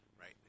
right